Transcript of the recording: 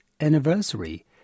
anniversary